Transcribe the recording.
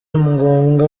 ngombwa